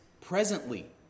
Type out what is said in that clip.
presently